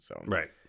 Right